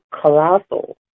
colossal